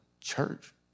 church